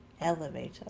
elevator